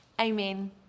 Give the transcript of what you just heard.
amen